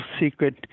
secret